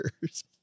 years